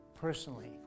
personally